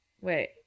wait